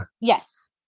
Yes